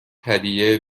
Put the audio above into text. هدیه